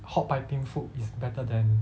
hot piping food is better than